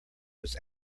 was